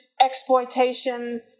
exploitation